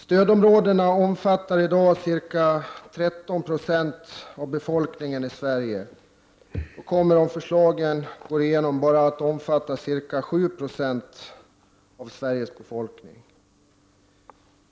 Stödområdena omfattar i dag ca 13 96 av befolkningen i Sverige och kommer om förslagen antas bara att omfatta ca 7 20 av Sveriges befolkning.